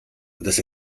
dass